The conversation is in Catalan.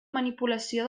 manipulació